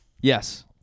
Yes